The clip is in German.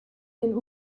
den